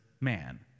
man